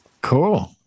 Cool